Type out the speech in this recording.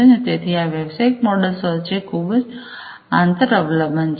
તેથી આ વ્યવસાયિક મોડલ્સ વચ્ચે આંતર અવલંબન છે